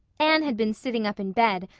anne had been sitting up in bed,